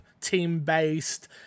team-based